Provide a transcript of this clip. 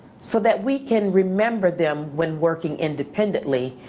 so that we can remember them when working independently,